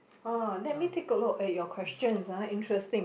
ah let me take a look at your questions ah interesting